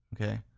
okay